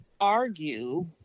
argue